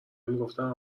میگفتن